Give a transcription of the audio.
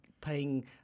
paying